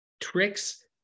tricks